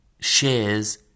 shares